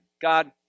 God